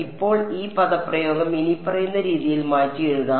ഇപ്പോൾ ഈ പദപ്രയോഗം ഇനിപ്പറയുന്ന രീതിയിൽ മാറ്റിയെഴുതാം